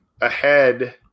ahead